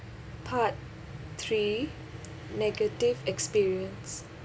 part three negative experience